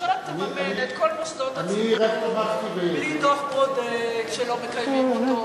הממשלה תממן את כל מוסדות הציבור בלי דוח-ברודט שלא מקיימים אותו,